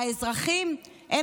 והאזרחים הם,